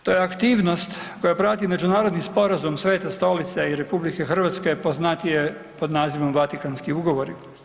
To je aktivnost koja prati Međunarodni sporazum Svete Stolice i RH, poznatije pod nazivom Vatikanski ugovori.